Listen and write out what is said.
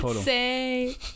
Say